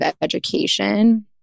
education